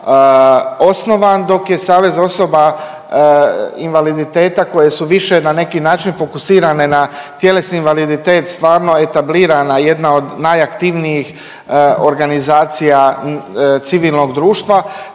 osnovan, dok je Savez osoba invaliditeta koje su više na neki način fokusirane na tjelesni invaliditet stvarno etablirana, jedna od najaktivnijih organizacija civilnog društva,